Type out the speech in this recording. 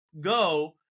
go